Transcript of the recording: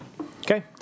Okay